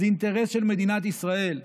זה אינטרס של מדינת ישראל.